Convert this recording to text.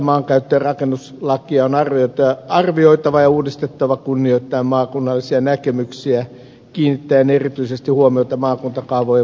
maankäyttö ja rakentamislakia on arvioitava ja uudistettava kunnioittaen maakunnallista näkemystä kiinnittäen erityisesti huomiota maakuntakaavojen vahvistamiseen